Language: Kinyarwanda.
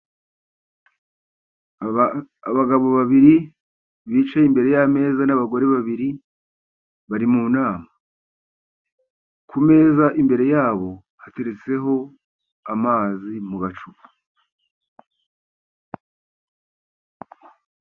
Abagabo babiri bicaye imbere y'ameza, n'abagore babiri bari mu nama, ku meza imbere yabo hateretseho amazi mu gacupa.